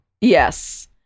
Yes